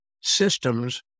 systems